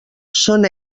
són